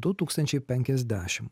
du tūkstančiai penkiasdešim